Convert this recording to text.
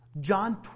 John